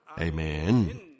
Amen